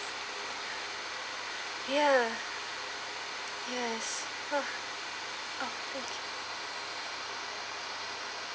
ya yes ah oh thank you